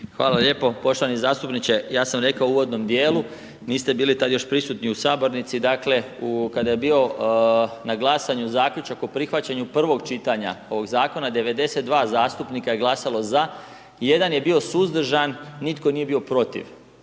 Hvala lijepo. Poštovani zastupniče, ja sam rekao u uvodnom djelu, niste bili tad još prisutni u sabornici, dakle kada je bio na glasanju zaključak o prihvaćanju prvog čitanja ovog zakona, 92 zastupnika je glasalo za, jedan je bio suzdržan, nitko nije bo protiv.